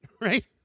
right